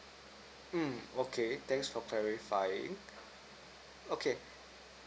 mm okay thanks for clarifying okay